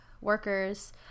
workers